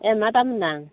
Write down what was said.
ए मा दाम होनदां